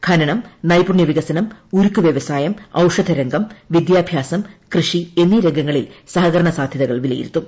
ഖനനം നൈപുണ്യവികസനം ഉരുക്കുവ്യവസായം ഔഷധരംഗം വിദ്യാഭ്യാസം കൃഷി എന്നീ രംഗങ്ങളിൽ സഹകരണ സാധ്യതകൾ വിലയിരുത്തും